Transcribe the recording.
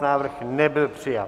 Návrh nebyl přijat.